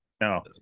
No